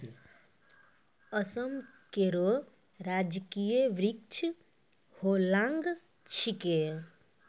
असम केरो राजकीय वृक्ष होलांग छिकै